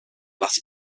latter